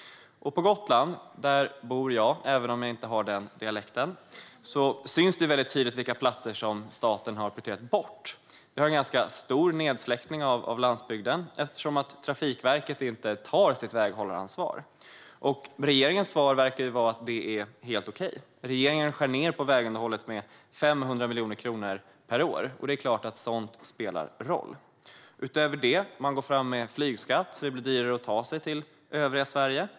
På Gotland, där jag bor även om jag inte har den dialekten, syns väldigt tydligt vilka platser som staten har prioriterat bort. Vi har en ganska stor nedsläckning av landsbygden eftersom Trafikverket inte tar sitt väghållaransvar. Regeringens svar verkar vara att det är helt okej. Regeringen skär ned på vägunderhållet med 500 miljoner kronor per år, och det är klart att sådant spelar roll. Utöver detta går man fram med flygskatt så att det blir dyrare att ta sig till övriga Sverige.